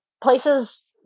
places